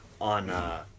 on